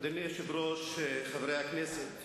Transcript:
אדוני היושב-ראש, חברי הכנסת,